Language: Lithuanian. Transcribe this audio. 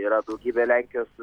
yra daugybė lenkijos